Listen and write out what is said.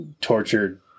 tortured